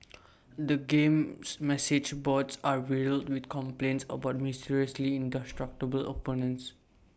the game's message boards are riddled with complaints about mysteriously indestructible opponents